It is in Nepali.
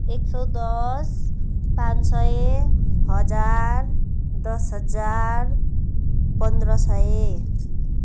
एक सय दस पाँच सय हजार दस हजार पन्ध्र सय